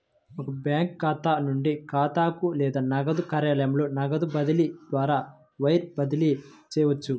ఒక బ్యాంకు ఖాతా నుండి ఖాతాకు లేదా నగదు కార్యాలయంలో నగదు బదిలీ ద్వారా వైర్ బదిలీ చేయవచ్చు